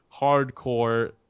hardcore